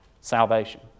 salvation